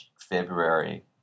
February